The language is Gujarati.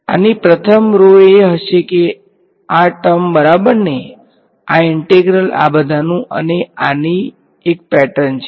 આની પ્રથમ રો એ હશે કે આ ટર્મ બરાબર ને આ ઈંટેગ્રલ આ બધાનું અને આની એક પેટર્ન છે